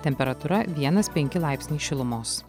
temperatūra vienas penki laipsniai šilumos